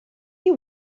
you